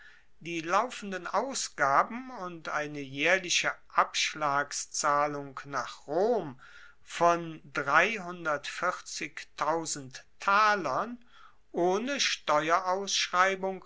die laufenden ausgaben und eine jaehrliche abschlagszahlung nach rom von talern ohne